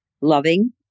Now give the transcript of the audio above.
loving